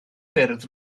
ffyrdd